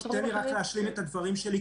תן לי להשלים את הדברים שלי,